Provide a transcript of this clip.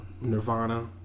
Nirvana